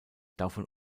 davon